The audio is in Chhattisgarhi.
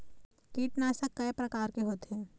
कीटनाशक कय प्रकार के होथे?